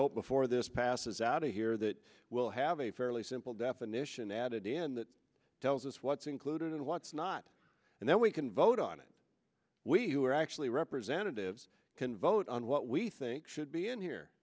hope before this passes out of here that we'll have a fairly simple definition added in that tells us what's included and what's not and then we can vote on it we who are actually representatives can vote on what we think should be in here